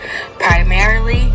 primarily